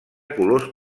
colors